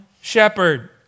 shepherd